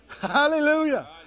Hallelujah